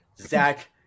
Zach